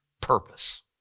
purpose